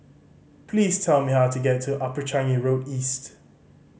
please tell me how to get to Upper Changi Road East